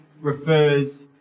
refers